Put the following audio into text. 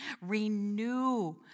Renew